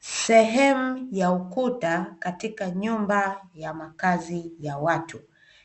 Sehemu ya ukuta katika nyumba ya makazi ya watu,